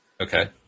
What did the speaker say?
Okay